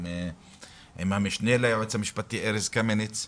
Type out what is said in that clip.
עם המשנה ליועץ המשפטי, ארז קמיניץ,